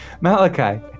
Malachi